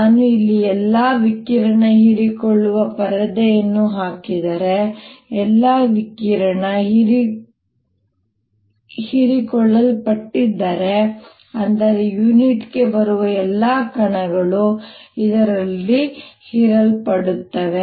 ನಾನು ಇಲ್ಲಿ ಎಲ್ಲಾ ವಿಕಿರಣ ಹೀರಿಕೊಳ್ಳುವ ಪರದೆಯನ್ನು ಹಾಕಿದರೆ ಎಲ್ಲಾ ವಿಕಿರಣ ಹೀರಿಕೊಳ್ಳಲ್ಪಟ್ಟಿದ್ದರೆ ಅಂದರೆ ಯುನಿಟ್ಗೆ ಬರುವ ಎಲ್ಲಾ ಕಣಗಳು ಇದರಲ್ಲಿ ಹೀರಲ್ಪಡುತ್ತವೆ